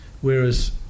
whereas